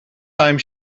time